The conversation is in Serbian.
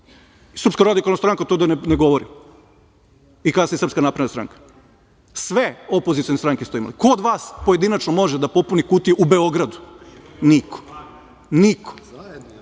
Srpska radikalna stranka to da i ne govorim i kasnije Srpska napredna stranka. Sve opozicione stranke stojimo i ko od vas pojedinačno može da popuni kutije u Beogradu? Niko, svi